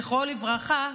זכרו לברכה,